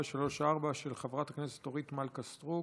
434, של חברת הכנסת אורית מלכה סטרוק: